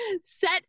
set